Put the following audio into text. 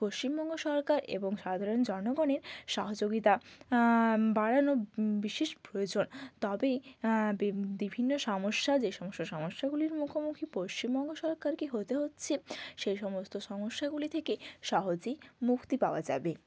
পশ্চিমবঙ্গ সরকার এবং সাধারণ জনগণের সহযোগিতা বাড়ানো বিশেষ প্রয়োজন তবেই বিভিন্ন সমস্যা যে সমস্য সমস্যাগুলির মুখোমুখি পশ্চিমবঙ্গ সরকারকে হতে হচ্ছে সেই সমস্ত সমস্যাগুলি থেকে সহজেই মুক্তি পাওয়া যাবে